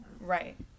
Right